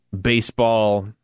baseball